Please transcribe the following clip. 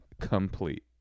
complete